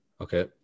Okay